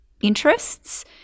interests